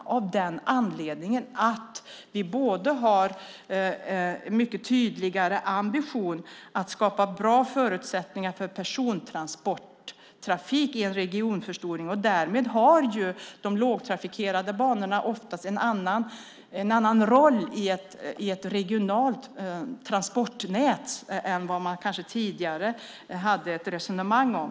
Vi har en mycket tydligare ambition att skapa bra förutsättningar för persontransporttrafik i samband med en regionförstoring. Därmed har de lågtrafikerade banorna oftast en annan roll i ett regionalt transportnät än vad man kanske tidigare hade ett resonemang om.